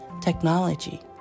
technology